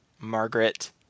Margaret